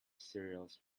cereals